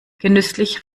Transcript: genüsslich